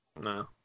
No